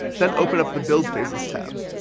then open up the build phases tab.